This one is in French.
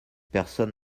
personne